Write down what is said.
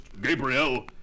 Gabriel